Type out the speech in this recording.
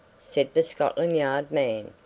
said the scotland yard man.